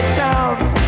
towns